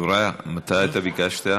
חבריא, מתי אתה ביקשת?